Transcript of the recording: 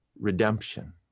redemption